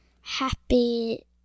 happy